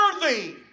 worthy